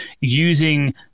using